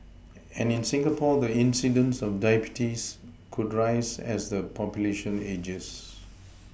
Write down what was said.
and in Singapore the incidence of diabetes could rise as the population ages